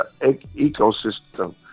ecosystem